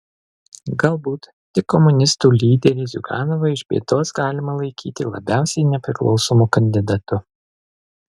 galbūt tik komunistų lyderį ziuganovą iš bėdos galima laikyti labiausiai nepriklausomu kandidatu